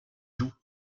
doux